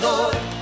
Lord